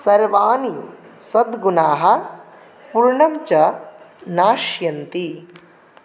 सर्वाणि सद्गुणाः पूर्णञ्च नश्यन्ति